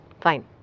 Fine